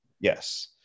Yes